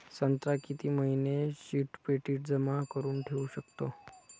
संत्रा किती महिने शीतपेटीत जमा करुन ठेऊ शकतो?